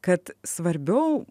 kad svarbiau